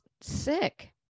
sick